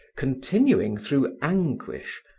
continuing through anguish,